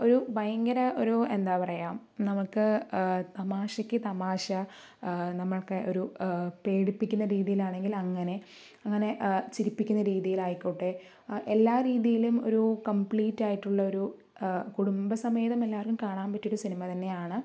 ഒരു ഭയങ്കര ഒരു എന്താ പറയുക നമുക്ക് തമാശയ്ക്ക് തമാശ നമ്മൾക്ക് ഒരു പേടിപ്പിക്കുന്ന രീതിയിൽ ആണെങ്കിൽ അങ്ങനെ അങ്ങനെ ചിരിപ്പിക്കുന്ന രീതിയിൽ ആയിക്കോട്ടെ എല്ലാ രീതിയിലും ഒരു കമ്പ്ലീറ്റ് ആയിട്ടുള്ള ഒരു കുടുംബ സമ്മേതം എല്ലാർക്കും കാണാൻ പറ്റിയ ഒരു സിനിമ തന്നെയാണ്